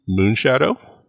Moonshadow